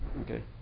Okay